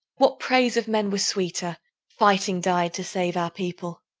what praise of men were sweeter fighting died to save our people.